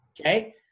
okay